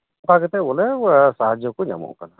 ᱚᱱᱠᱟ ᱠᱟᱛᱮ ᱵᱚᱞᱮ ᱥᱟᱦᱟᱡᱚ ᱠᱩ ᱧᱟᱢᱚᱜ ᱠᱟᱱᱟ